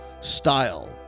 style